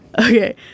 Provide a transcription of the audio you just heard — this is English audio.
Okay